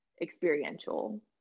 experiential